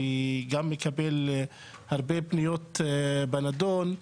גם מקבל הרבה פניות בנידון.